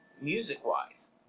music-wise